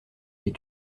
les